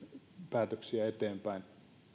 päätöksiä eteenpäin